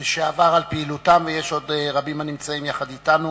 לשעבר על פעילותם, ויש עוד רבים הנמצאים יחד אתנו